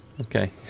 Okay